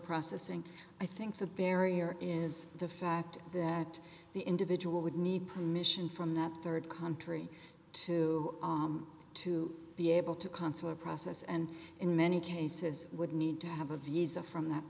processing i think the barrier is the fact that the individual would need permission from that rd country to to be able to consular process and in many cases would need to have a visa from that